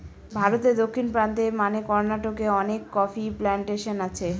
ভারতে দক্ষিণ প্রান্তে মানে কর্নাটকে অনেক কফি প্লানটেশন আছে